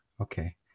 Okay